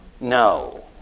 No